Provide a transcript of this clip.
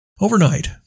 Overnight